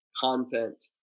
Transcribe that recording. content